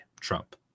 Trump